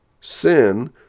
sin